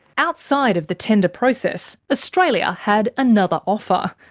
outside of the tender process, australia had another offer.